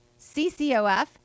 CCOF